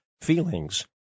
feelings